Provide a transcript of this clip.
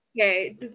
Okay